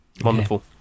wonderful